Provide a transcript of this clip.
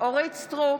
אורית מלכה סטרוק,